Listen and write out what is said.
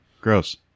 Gross